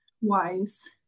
wise